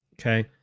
Okay